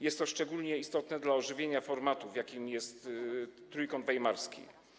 Jest to szczególnie istotne dla ożywienia formatu, jakim jest Trójkąt Weimarski.